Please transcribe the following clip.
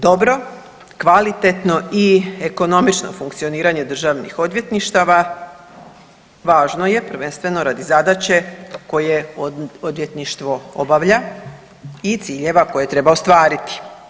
Dobro, kvalitetno i ekonomično funkcioniranje državnih odvjetništava važno je prvenstveno radi zadaće koje odvjetništvo obavlja i ciljeva koje treba ostvariti.